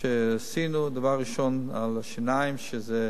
הגדולות שעשינו: הדבר הראשון לשיניים, שזה,